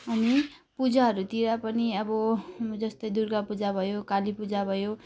अनि पूजाहरूतिर पनि अब जस्तै दुर्गापूजा भयो कालीपूजा भयो